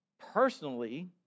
personally